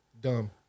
Dumb